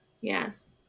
yes